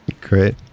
great